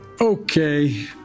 Okay